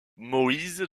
moïse